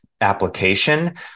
application